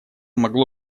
могло